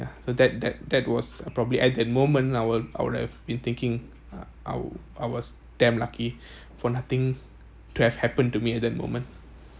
so that that that was probably at that moment I would I would have been thinking uh I I was damn lucky for nothing to have happened to me at that moment